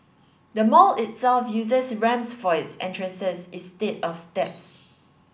the mall itself uses ramps for its entrances instead of steps